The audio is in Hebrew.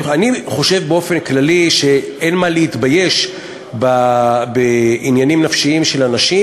אני חושב שבאופן כללי אין מה להתבייש בעניינים נפשיים של אנשים,